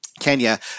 Kenya